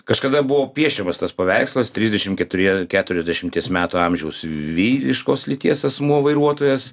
kažkada buvo piešiamas tas paveikslas trisdešim keturi keturiasdešimties metų amžiaus vyriškos lyties asmuo vairuotojas